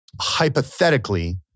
Hypothetically